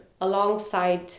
alongside